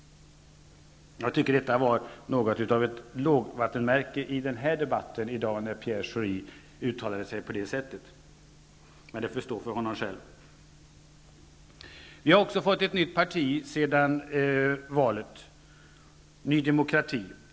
När Pierre Schori uttalade sig på detta sätt i den här debatten tyckte jag att det blev något av ett lågvattenmärke, men uttalandet får stå för hans egen räkning. Efter valet har vi också fått ett nytt parti i riksdagen, Ny demokrati.